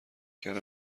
کردم